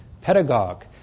pedagogue